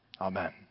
Amen